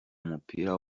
umupira